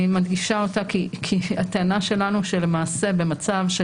אני מדגישה אותה כי הטענה שלנו שלמעשה במצב של